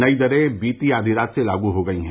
नई दरें बीती आधी रात से लागू हो गयी है